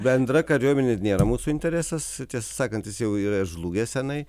bendra kariuomenė nėra mūsų interesas tiesą sakant jis jau yra ir žlugęs senai